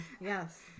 Yes